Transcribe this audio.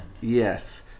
Yes